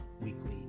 Weekly